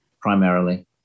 primarily